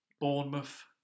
Bournemouth